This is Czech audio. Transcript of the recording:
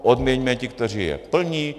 Odměňme ty, kteří je plní.